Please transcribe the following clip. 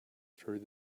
through